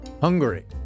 Hungary